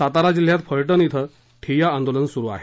सातारा जिल्ह्यात फलटण विं ठिय्या आंदोलन सूरू आहे